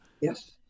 yes